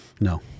no